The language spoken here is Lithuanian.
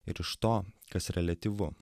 ir iš to kas reliatyvu